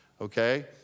okay